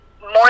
more